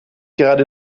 gerade